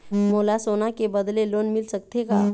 मोला सोना के बदले लोन मिल सकथे का?